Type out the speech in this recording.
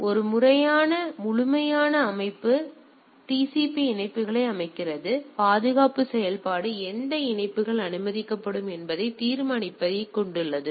எனவே ஒரு முழுமையான அமைப்பு 2 TCP இணைப்புகளை அமைக்கிறது பாதுகாப்பு செயல்பாடு எந்த இணைப்புகள் அனுமதிக்கப்படும் என்பதை தீர்மானிப்பதைக் கொண்டுள்ளது